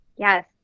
Yes